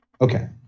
Okay